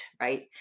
right